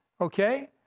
Okay